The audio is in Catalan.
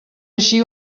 així